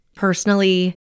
Personally